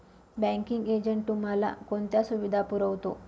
Banking agent तुम्हाला कोणत्या सुविधा पुरवतो?